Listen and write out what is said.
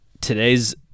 today's